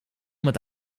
met